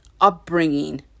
upbringing